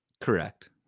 Correct